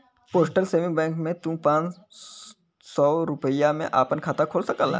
postal saving bank में तू पांच सौ रूपया में आपन खाता खोल सकला